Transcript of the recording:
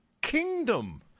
kingdom